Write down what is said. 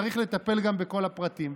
צריך לטפל גם בכל הפרטים,